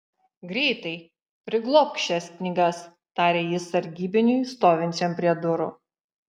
greitai priglobk šias knygas tarė jis sargybiniui stovinčiam prie durų